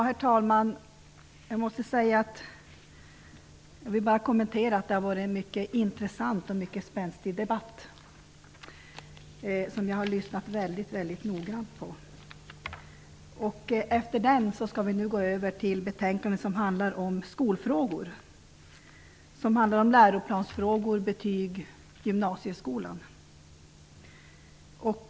Herr talman! Jag måste säga att det har varit en mycket intressant och spänstig debatt, som jag har lyssnat väldigt noggrant på. Efter den skall vi nu gå över till ett betänkande som handlar om skolfrågor -- läroplansfrågor, betyg, gymnasieskolan.